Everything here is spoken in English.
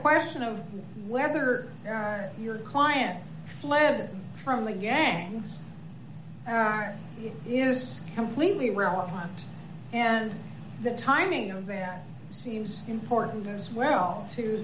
question of whether they are your client fled from the gangs are is completely relevant and the timing of that seems important as well to